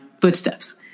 footsteps